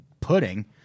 pudding